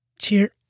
cheer